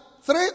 three